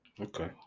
Okay